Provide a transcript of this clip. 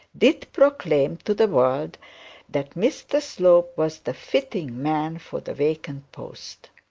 did proclaim to the world that mr slope was the fittest man for the vacant post.